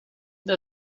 that